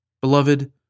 Beloved